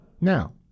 Now